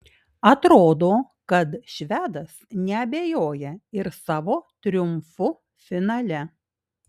atrodo kad švedas neabejoja ir savo triumfu finale